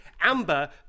Amber